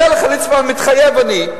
אומר לך ליצמן: מתחייב אני,